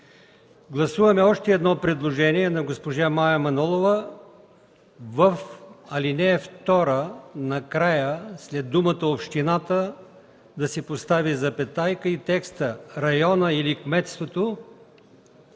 Гласуваме още едно предложение – на госпожа Мая Манолова, в ал. 2 накрая след думата „общината” да се постави запетая и текста „района или кметството”.